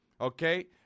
Okay